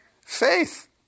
Faith